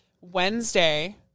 Wednesday